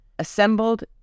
assembled